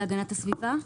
הסביבה,